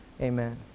amen